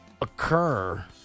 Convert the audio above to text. occur